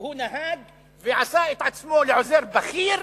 שהוא נהג ועשה את עצמו לעוזר בכיר,